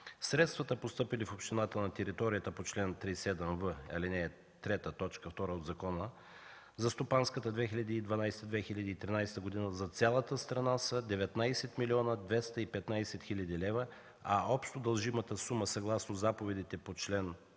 Средствата, постъпили в общината на територията по чл. 37в, ал. 3, т. 2 от закона за стопанската 2012-2013 г. за цялата страна, са 19 млн. 215 хил. лв., а общо дължимата сума съгласно заповедите по чл.37в,